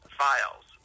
files